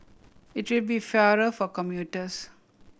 it will be fairer for commuters